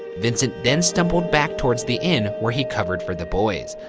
vincent then stumbled back towards the inn, where he covered for the boys.